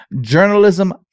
journalism